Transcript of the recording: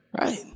right